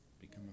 become